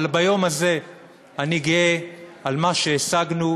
אבל ביום הזה אני גאה על מה שהשגנו,